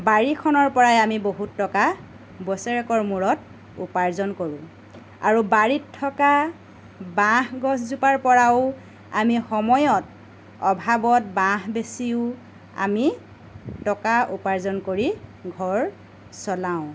বাৰীখনৰপৰাই আমি বহুত টকা বছেৰেকৰ মূৰত উপাৰ্জন কৰোঁ আৰু বাৰীত থকা বাঁহগছজোপাৰ পৰাও আমি সময়ত অভাৱত বাঁহ বেচিও আমি টকা উপাৰ্জন কৰি ঘৰ চলাওঁ